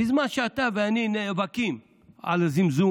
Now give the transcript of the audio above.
בזמן שאתה ואני נאבקים בזיהום,